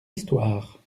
histoire